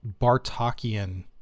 Bartokian